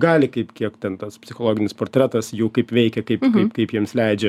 gali kaip kiek ten tas psichologinis portretas jų kaip veikia kaip kaip kaip jiems leidžia